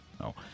No